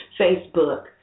Facebook